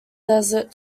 desert